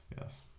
Yes